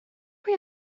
pwy